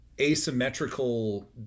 asymmetrical